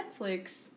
Netflix